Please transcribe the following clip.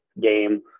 game